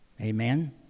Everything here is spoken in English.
Amen